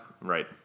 Right